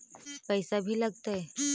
पैसा भी लगतय?